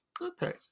Okay